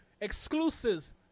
exclusives